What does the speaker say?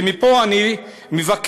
ומפה אני מבקש: